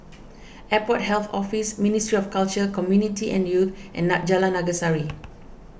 Airport Health Office Ministry of Culture Community and Youth and Jalan Naga Sari